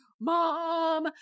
Mom